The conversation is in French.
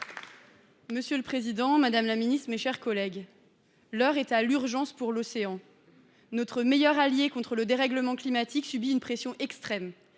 Monsieur le président, madame la ministre, mes chers collègues, l’heure est à l’urgence pour l’océan. Notre meilleur allié contre le dérèglement climatique subit une pression extrême